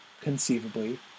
conceivably